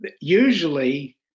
Usually